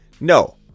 No